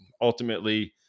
ultimately